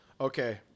Okay